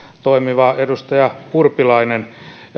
toimiva edustaja urpilainen